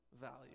value